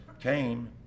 came